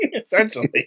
Essentially